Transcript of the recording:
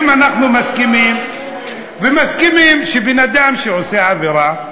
אם אנחנו מסכימים ומסכימים שבן-אדם שעושה עבירה,